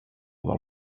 del